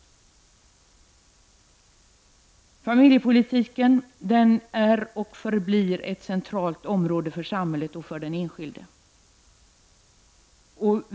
Familjepolitiken är och förblir ett centralt område för samhället och för den enskilde.